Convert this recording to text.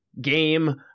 game